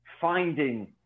finding